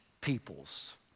peoples